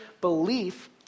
belief